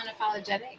unapologetic